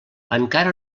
encara